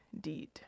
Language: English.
deed